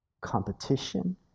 competition